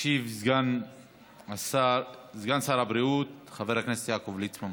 ישיב סגן שר הבריאות חבר הכנסת יעקב ליצמן,